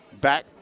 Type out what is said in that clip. Back